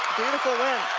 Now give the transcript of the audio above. beautiful win.